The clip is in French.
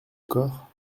corps